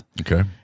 Okay